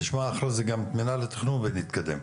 גם את מינהל התכנון ונתקדם.